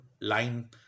line